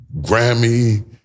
Grammy